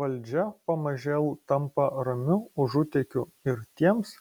valdžia pamažėl tampa ramiu užutėkiu ir tiems